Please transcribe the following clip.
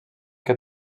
que